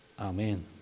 Amen